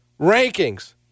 rankings